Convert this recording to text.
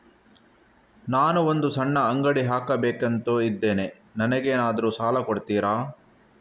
ನಾನು ಒಂದು ಸಣ್ಣ ಅಂಗಡಿ ಹಾಕಬೇಕುಂತ ಇದ್ದೇನೆ ನಂಗೇನಾದ್ರು ಸಾಲ ಕೊಡ್ತೀರಾ?